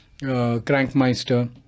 Crankmeister